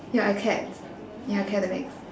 your acads your academics